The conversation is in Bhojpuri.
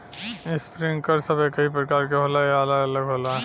इस्प्रिंकलर सब एकही प्रकार के होला या अलग अलग होला?